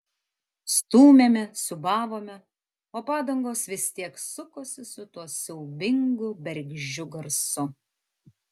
stūmėme siūbavome o padangos vis tiek sukosi su tuo siaubingu bergždžiu garsu